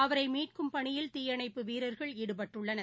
அவரைமீட்கும் பணியில் தீயணைப்பு வீரர்கள் ஈடுபட்டுள்ளனர்